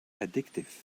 addictive